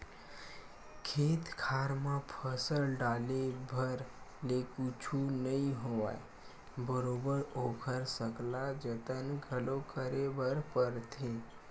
खेत खार म फसल डाले भर ले कुछु नइ होवय बरोबर ओखर सकला जतन घलो करे बर परथे